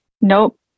Nope